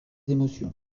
émotions